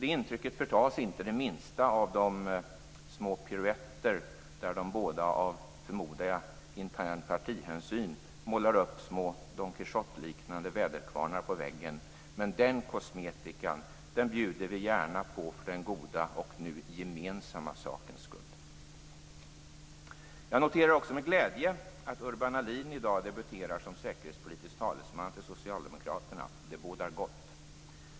Det intrycket förtas inte det minsta av de små piruetter där de båda av - förmodar jag - intern partihänsyn målar upp små Don Quijote-aktiga väderkvarnar på väggen. Den kosmetikan bjuder vi gärna på för den goda och nu gemensamma sakens skull. Jag noterar också med glädje att Urban Ahlin i dag debuterar som säkerhetspolitisk talesman för Socialdemokraterna. Det bådar gott.